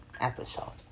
episode